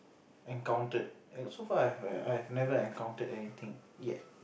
encountered so far I've I've never encounted yet